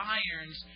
irons